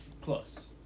Plus